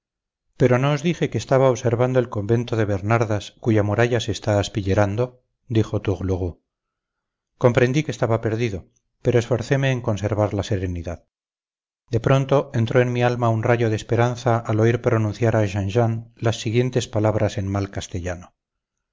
pero no os dije que estaba observando el convento de bernardas cuya muralla se está aspillerando dijo tourlourou comprendí que estaba perdido pero esforceme en conservar la serenidad de pronto entró en mi alma un rayo de esperanza al oír pronunciar a jean jean las siguientes palabras en mal castellano